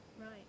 Right